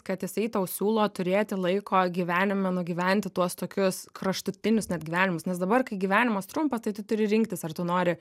kad jisai tau siūlo turėti laiko gyvenime nugyventi tuos tokius kraštutinius net gyvenimus nes dabar kai gyvenimas trumpas tai turi rinktis ar tu nori